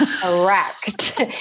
Correct